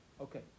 Okay